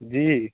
जी